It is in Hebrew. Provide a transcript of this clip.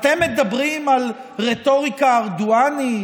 אתם מדברים על רטוריקה ארדואנית?